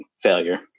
failure